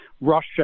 Russia